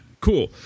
cool